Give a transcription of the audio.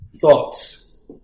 Thoughts